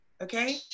Okay